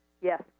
Yes